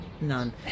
None